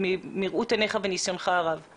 לתת חיזוקים חיוביים לכיתות ללא עישון,